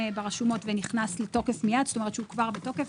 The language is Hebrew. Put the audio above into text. ברשומות ונכנס לתוקף מייד כלומר הוא כבר בתוקף.